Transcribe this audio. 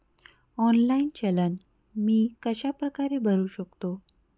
Online चलन मी कशाप्रकारे भरु शकतो?